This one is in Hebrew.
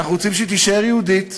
ואנחנו רוצים שהיא תישאר יהודית,